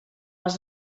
els